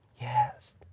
Yes